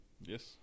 Yes